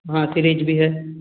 हाँ सिरीज भी है